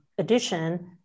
addition